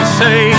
say